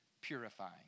purifying